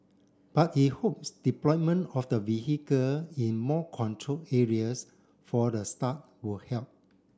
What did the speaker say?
but he hopes deployment of the vehicle in more controlled areas for the start will help